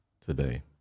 today